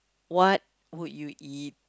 what would you eat